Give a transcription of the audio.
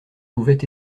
pouvait